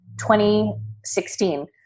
2016